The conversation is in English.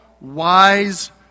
wise